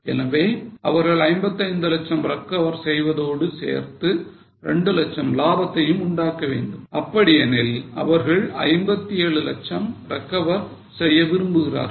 எனவே அவர்கள் 55 லட்சம் recover செய்வதோடு சேர்த்து 2 லட்சம் லாபத்தையும் உண்டாக்க வேண்டும் அப்படி எனில் அவர்கள் 57 லட்சம் recover செய்ய விரும்புகிறார்கள்